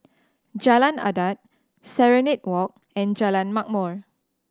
Jalan Adat Serenade Walk and Jalan Ma'mor